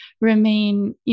remain